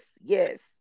yes